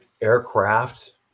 aircraft